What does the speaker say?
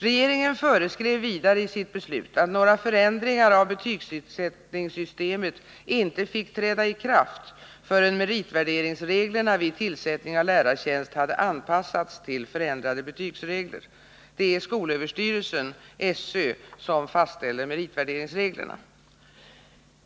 Regeringen föreskrev vidare i sitt beslut att några förändringar av betygssättningssystemet inte fick träda i kraft förrän meritvärderingsreglerna vid tillsättning av lärartjänst hade anpassats till förändrade betygsregler. Det är skolöverstyrelsen som fastställer meritvärderingsreglerna.